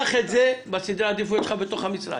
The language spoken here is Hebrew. שנה את סדרי העדיפויות שלך בתוך המיוחד.